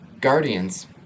Guardians